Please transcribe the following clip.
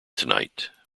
tonight